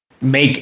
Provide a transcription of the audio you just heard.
make